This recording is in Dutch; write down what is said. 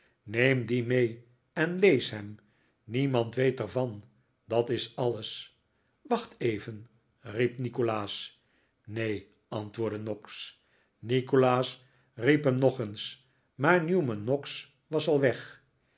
neem dien mee en lees hem niemand weet er van dat is alles wacht even riep nikolaas neen antwoordde noggs nikolaas riep hem nog eens maar newman noggs was al weg